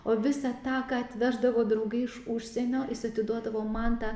o visą ta ką atveždavo draugai iš užsienio jis atiduodavo man tą